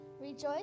Rejoice